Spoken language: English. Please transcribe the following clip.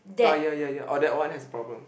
ah yeah yeah yeah oh that one has a problem